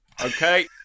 Okay